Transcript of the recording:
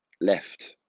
left